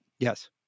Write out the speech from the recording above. Yes